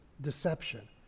deception